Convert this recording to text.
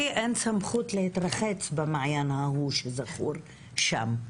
אין סמכות להתרחץ במעיין ההוא שזכור שם,